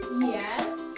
Yes